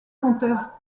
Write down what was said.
conteur